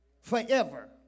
Forever